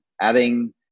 adding